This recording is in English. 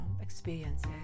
experiences